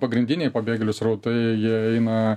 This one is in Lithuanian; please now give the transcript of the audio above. pagrindiniai pabėgėlių srautai jie eina